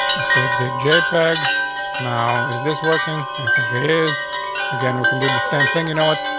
it's a big j peg now. is this working? i think it is again. we can do the same thing. you know what?